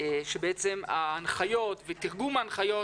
שההנחיות ותרגום ההנחיות